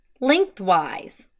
lengthwise